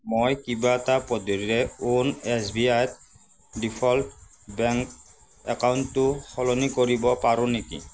মই কিবা এটা পদ্ধতিৰে য়ুন এছ বি আইত ডিফ'ল্ট বেংক একাউণ্টটো সলনি কৰিব পাৰো নেকি